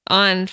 on